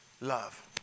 love